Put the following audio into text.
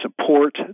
support